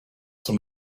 som